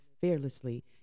fearlessly